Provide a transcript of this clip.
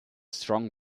strong